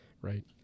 right